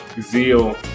zeal